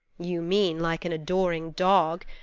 you mean like an adoring dog.